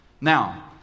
Now